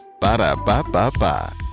Ba-da-ba-ba-ba